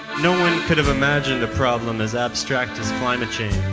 no one could have imagined a problem as abstract as climate change.